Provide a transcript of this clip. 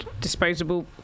Disposable